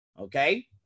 okay